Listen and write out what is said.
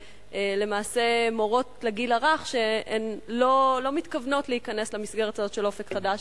למעשה מורות לגיל הרך שלא מתכוונות להיכנס למסגרת הזאת של "אופק חדש",